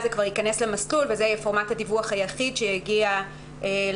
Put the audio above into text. זה כבר ייכנס למסלול וזה יהיה פורמט הדיווח היחיד שיגיע לרשות,